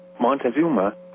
Montezuma